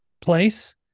place